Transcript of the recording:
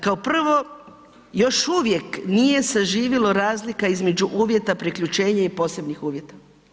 Kao prvo, još uvijek nije zaživilo razlika između uvjeta priključenje i posebnih uvjeta.